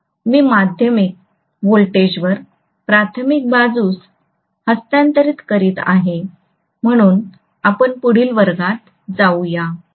मी माध्यमिक व्होल्टेजवर प्राथमिक बाजूस हस्तांतरित करीत आहे म्हणून आपण पुढील वर्गात जाऊया